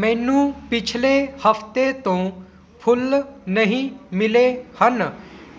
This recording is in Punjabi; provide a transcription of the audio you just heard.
ਮੈਨੂੰ ਪਿਛਲੇ ਹਫ਼ਤੇ ਤੋਂ ਫੁੱਲ ਨਹੀਂ ਮਿਲੇ ਹਨ